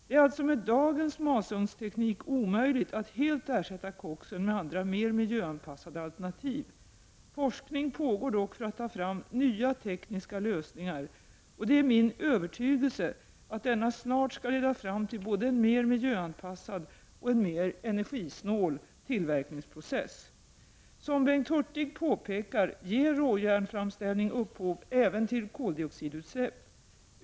Det är alltså med dagens masugnsteknik omöjligt att helt ersätta koksen med andra mer miljöanpassade alternativ. Forskning pågår dock för att ta fram nya tekniska lösningar, och det är min övertygelse att denna snart skall leda fram till både en mer miljöanpassad och en mer energisnål tillverkningsprocess. Som Bengt Hurtig påpekar ger råjärnsframställning upphov även till koldioxidutsläpp.